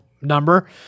number